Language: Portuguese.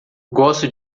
gosto